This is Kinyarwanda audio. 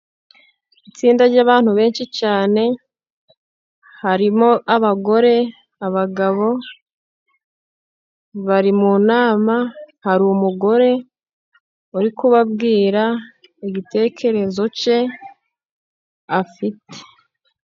Itsinda ry'abantu benshi cyane, harimo abagore, abagabo, bari mu nama, hari umugore uri kubwira igitekerezo cye afite.